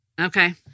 Okay